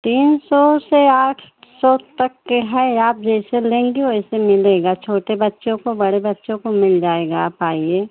तीन सौ से आठ सौ तक के है आप जैसे लेंगी वैसे मिलेगा छोटे बच्चों को बड़े बच्चों को मिल जाएगा आप आइए